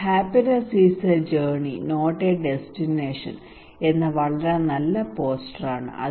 happiness is a journey not a destination happiness is a journey not a destination എന്ന വളരെ നല്ല poster ആണ്